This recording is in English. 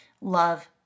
love